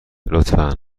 لطفا